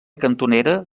cantonera